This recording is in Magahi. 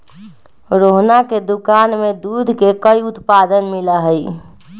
रोहना के दुकान में दूध के कई उत्पाद मिला हई